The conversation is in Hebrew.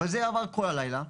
אבל זה עבר כל הלילה.